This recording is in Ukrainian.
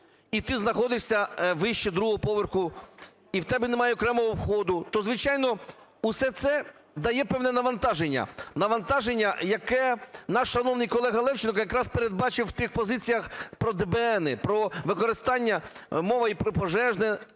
і ти знаходишся вище 2-го поверху, і в тебе немає окремого входу, то, звичайно, усе це дає певне навантаження, навантаження, яке наш шановний колега Левченко якраз передбачив в тих позиціях про ДБНи, про використання, мова і про пожежну